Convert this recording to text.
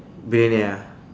billionaire ah